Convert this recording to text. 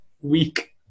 week